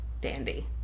dandy